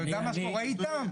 אתה יודע מה שקורה איתם?